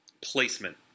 placement